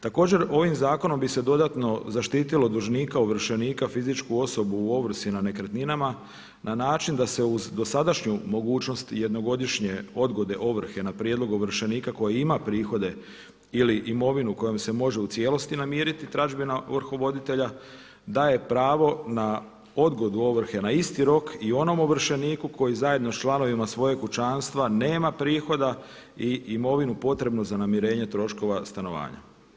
Također ovim zakonom bi se dodatno zaštitilo dužnika, ovršenika, fizičku osobu u ovrsi na nekretninama na način da se uz dosadašnju mogućnost jednogodišnje odgode ovrhe na prijedlog ovršenika koji ima prihode ili imovinu kojom se može u cijelosti namiriti tražbina rukovoditelja daje pravo na odgodu ovrhe na isti rok i onom ovršeniku koji zajedno sa članovima svojeg kućanstva nema prihoda i imovinu potrebnu za namirenje troškova stanovanja.